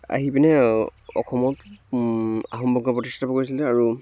আহি পিনে অসমত আহোম বংশ প্ৰতিষ্ঠাপক কৰিছিলে আৰু